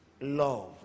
love